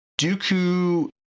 Dooku